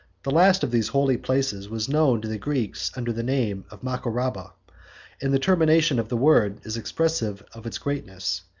the last of these holy places was known to the greeks under the name of macoraba and the termination of the word is expressive of its greatness,